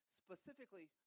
specifically